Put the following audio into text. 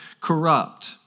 corrupt